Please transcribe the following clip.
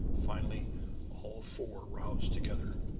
finally all four roused together.